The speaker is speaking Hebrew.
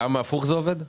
גם הפוך זה עובד?